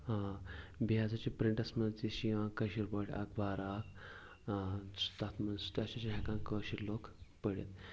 آ بیٚیہِ ہسا چھِ پرِنٹَس منٛز تہِ چھِ یِوان کٲشِر پٲٹھۍ اخبارا اَکھ سُہ تَتھ منٛز سُہ تہِ ہسا چھِ ہیٚکان کٲشِر لُکھ پرتھ